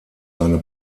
seine